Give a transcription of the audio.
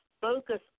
focus